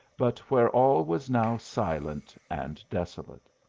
but where all was now silent and desolate.